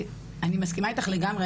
אני מסכימה איתך לגמרי.